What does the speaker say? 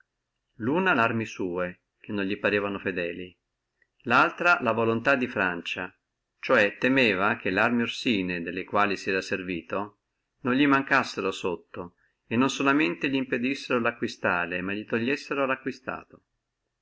luna larme sua che non li parevano fedeli laltra la voluntà di francia ciò è che larme orsine delle quali sera valuto li mancassino sotto e non solamente li mpedissino lo acquistare ma gli togliessino lacquistato